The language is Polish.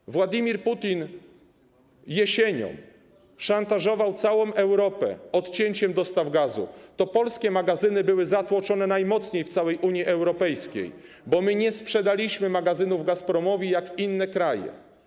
Gdy Władimir Putin jesienią szantażował całą Europę odcięciem dostaw gazu, to polskie magazyny były zatłoczone najmocniej w całej Unii Europejskiej, bo my nie sprzedaliśmy magazynów Gazpromowi jak inne kraje.